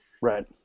right